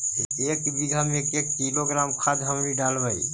एक बीघा मे के किलोग्राम खाद हमनि डालबाय?